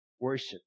worship